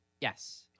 Yes